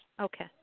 Okay